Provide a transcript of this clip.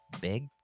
big